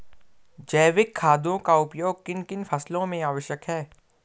जैविक खादों का उपयोग किन किन फसलों में आवश्यक है?